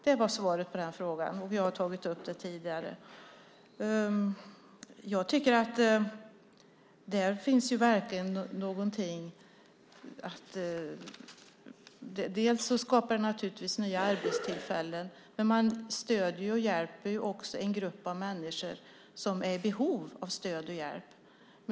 Det var svaret på den frågan. Vi har tagit upp det tidigare. Det skapar nya arbetstillfällen, men man stöder och hjälper också en grupp av människor som är i behov av stöd och hjälp.